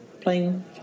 playing